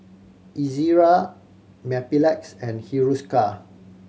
Ezerra Mepilex and Hiruscar